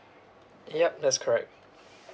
yup that's correct